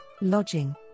lodging